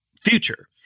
future